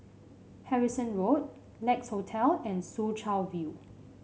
Harrison Road Lex Hotel and Soo Chow View